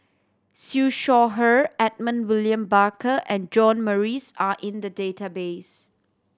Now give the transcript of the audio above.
Siew Shaw Her Edmund William Barker and John Morrice are in the database